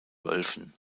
wölfen